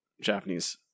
Japanese